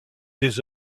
des